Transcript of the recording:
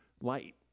light